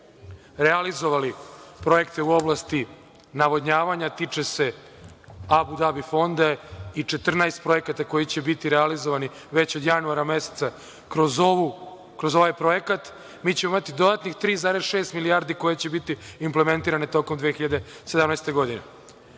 realizovali projekte u oblasti navodnjavanja, a tiče se Abu Dabi fonda i 14 projekata koji će biti realizovani već od januara meseca. Kroz ovaj projekat mi ćemo imati dodatnih 3,6 milijardi koje će biti implementirane tokom 2017.